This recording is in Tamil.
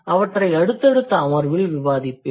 அவற்றை அடுத்தடுத்த அமர்வில் விவாதிப்பேன்